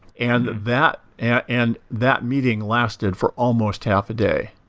and that and that meeting lasted for almost half a day.